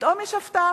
פתאום יש הפתעה.